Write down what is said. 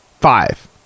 Five